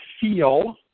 feel